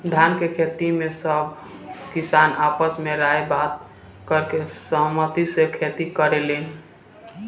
धान के खेती में सब किसान आपस में राय बात करके सहमती से खेती करेलेन